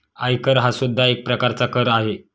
आयकर हा सुद्धा एक प्रकारचा कर आहे